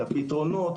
את הפתרונות.